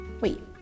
Wait